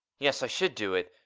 yes i should do it.